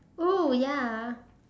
!woo! ya